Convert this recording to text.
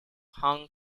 hong